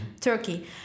Turkey